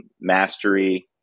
mastery